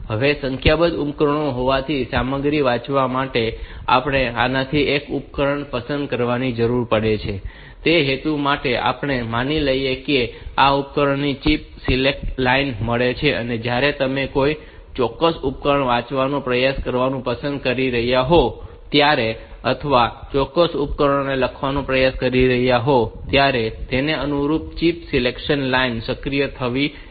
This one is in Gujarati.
હવે સંખ્યાબંધ ઉપકરણો હોવાથી સામગ્રી વાંચવા માટે આપણે આમાંથી એક ઉપકરણ પસંદ કરવાની જરૂર પડે છે અને તે હેતુ માટે આપણે માની લઈએ છીએ કે આ ઉપકરણોને ચિપ સિલેક્ટ લાઇન મળી છે અને જ્યારે તમે કોઈ ચોક્કસ ઉપકરણને વાંચવાનો પ્રયાસ કરવાનું પસંદ કરી રહ્યાં હોવ ત્યારે અથવા ચોક્કસ ઉપકરણ પર લખવાનો પ્રયાસ કરી રહ્યા હોવ ત્યારે તેને અનુરૂપ ચિપ સિલેક્ટ લાઇન સક્રિય થવી જોઈએ